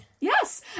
Yes